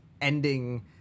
ending